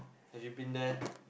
have you been there